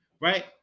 right